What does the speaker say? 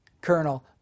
Colonel